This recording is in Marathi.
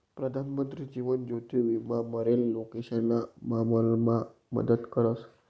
प्रधानमंत्री जीवन ज्योति विमा मरेल लोकेशना मामलामा मदत करस